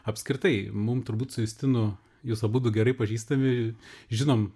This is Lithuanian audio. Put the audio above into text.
apskritai mum turbūt su justinu jūs abudu gerai pažįstami žinom